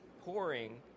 pouring